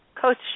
coach